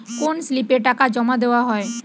কোন স্লিপে টাকা জমাদেওয়া হয়?